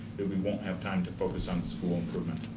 that we won't have time to focus on school improvement.